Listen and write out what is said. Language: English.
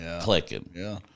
clicking